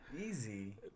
easy